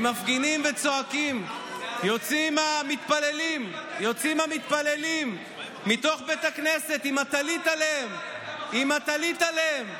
זה מראה את הפרצוף האמיתי שלך.